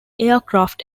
aircraft